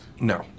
No